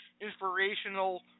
inspirational